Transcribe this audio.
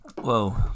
Whoa